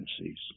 agencies